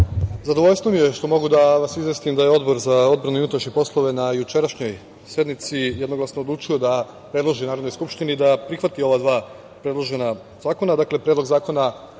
zadovoljstvo mi je što mogu da vas izvestim da je Odbora za odbranu i unutrašnje poslove na jučerašnjoj sednici jednoglasno odlučio da predloži Narodnoj skupštini da prihvati ova dva predložena zakona, dakle Predlog zakona